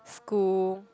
school